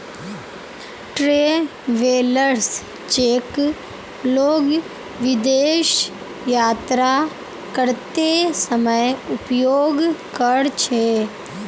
travellers cheque लोग विदेश यात्रा करते समय उपयोग कर छे